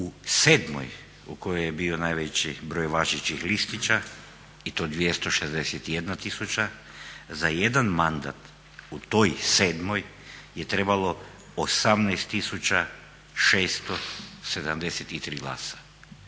U 7.-oj u kojoj je bio najveći broj važećih listića i to 261 tisuća za jedan mandat u toj 7.-oj je trebalo 18 tisuća 673 glasa.